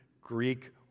Greek